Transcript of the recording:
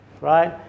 right